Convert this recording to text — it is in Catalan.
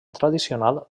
tradicional